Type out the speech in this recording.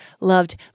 loved